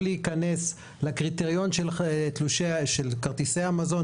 להיכנס לקריטריון של כרטיסי המזון,